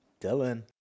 Dylan